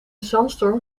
zandstorm